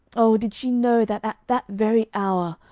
oh, did she know that at that very hour,